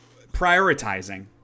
prioritizing